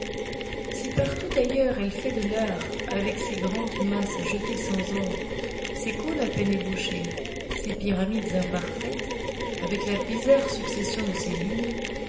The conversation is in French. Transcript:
si partout ailleurs elle fait de l'art avec ses grandes masses jetées sans ordre ses cônes à peine ébauchés ses pyramides imparfaites avec la bizarre succession de ses lignes